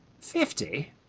Fifty